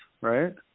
right